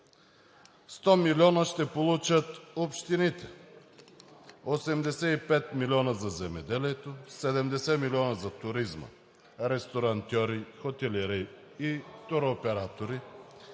100 милиона ще получат общините, 85 милиона за земеделието, 70 милиона за туризма – ресторантьори, хотелиери и туроператори;